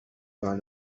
found